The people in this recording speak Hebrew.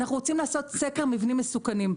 אנחנו רוצים לעשות סקר מבנים מסוכנים.